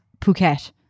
Phuket